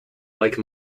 like